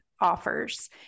offers